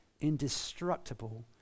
indestructible